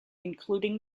including